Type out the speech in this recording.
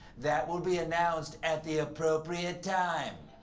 that will be announced at the appropriate time.